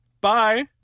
bye